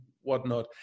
whatnot